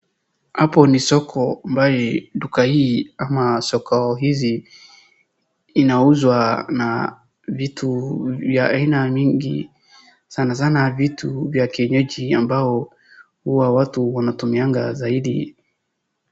Hapo ni soko ambaye duka hii ama soko hizi inauzwa na vitu vya aina mingi. Sana sana vitu vya kienyeji ambao huwa watu wanatumianga zaidi.